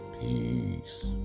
Peace